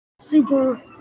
super